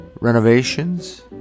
Renovations